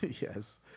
Yes